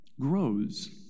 grows